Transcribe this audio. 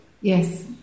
Yes